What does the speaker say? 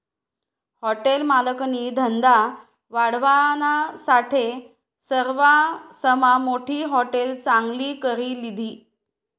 hotel मालकनी धंदा वाढावानासाठे सरवासमा मोठी हाटेल चांगली करी लिधी